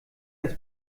des